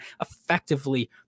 effectively